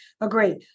agree